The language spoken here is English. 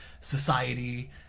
society